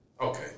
okay